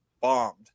bombed